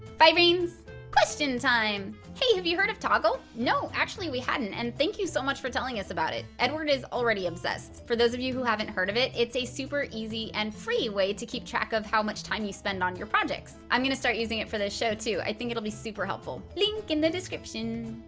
bye brains! three question time? hey. have you heard of toggl! no. actually we hadn't! and thank you so much for telling us about it. edward is already obsessed. for those of you who haven't heard of it. it's a super easy and free way to keep track of how much time you spend on your projects. i'm going to start using it for this show too. i think it'll be super helpful. link in the description!